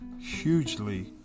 hugely